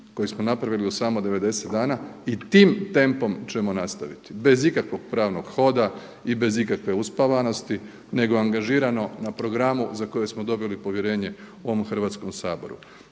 koji smo napravili u samo 90 dana i tim tempom ćemo nastaviti bez ikakvog pravnog hoda i bez ikakve uspavanosti nego angažirano na programu za koje smo dobili povjerenje u ovom Hrvatskom Saboru.